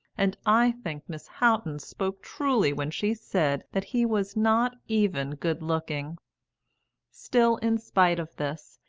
and i think miss houghton spoke truly when she said that he was not even good looking still, in spite of this,